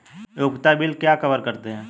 उपयोगिता बिल क्या कवर करते हैं?